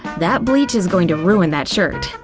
that bleach is going to ruin that shirt,